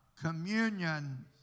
communion